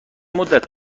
مدت